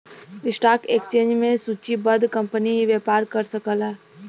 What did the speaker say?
stock exchange में सूचीबद्ध company ही व्यापार कर सकला